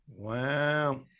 wow